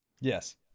Yes